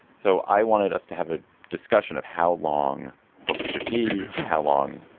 so i wanted us to have a discussion of how long books should be and how long.